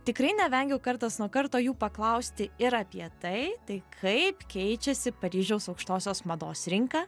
tikrai nevengiau kartas nuo karto jų paklausti ir apie tai tai kaip keičiasi paryžiaus aukštosios mados rinka